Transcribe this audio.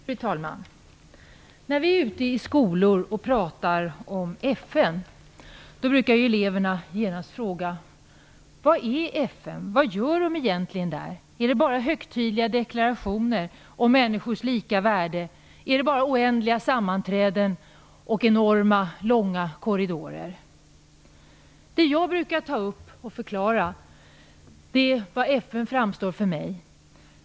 Fru talman! När vi är ute i skolor och pratar om FN brukar eleverna genast fråga: Vad är FN? Vad gör de egentligen där? Är det bara högtidliga deklarationer om människors lika värde? Är det bara oändliga sammanträden och enorma, långa korridorer? Det jag brukar ta upp och förklara är hur FN framstår för mig.